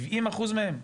70% מהם,